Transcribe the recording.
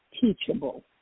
teachable